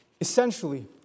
Essentially